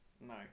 No